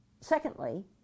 Secondly